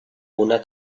una